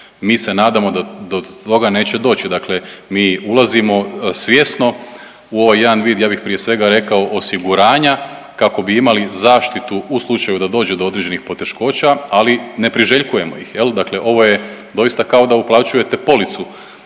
Mi se nadamo da do toga neće doći, dakle mi ulazimo svjesno u ovaj jedan vid, ja bih prije svega rekao osiguranja kako bi imali zaštitu u slučaju da dođe do određenih poteškoća, ali ne priželjkujemo ih. Dakle, ovo je doista kao da uplaćujete policu